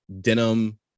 denim